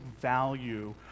value